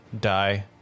die